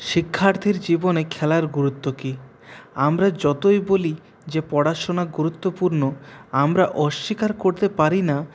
শিক্ষার্থীর জীবনে খেলার গুরুত্ব কী আমরা যতই বলি যে পড়াশোনা গুরুত্বপূর্ণ আমরা অস্বীকার করতে পারি না